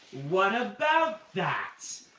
what about that?